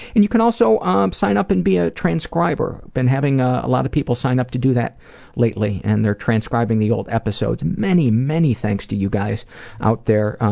and you can also um sign up and be a transcriber, been having ah a lot of people sign up to do that lately and they're transcribing the old episodes. many, many thanks to you guys out there,